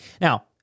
Now